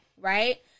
right